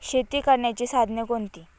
शेती करण्याची साधने कोणती?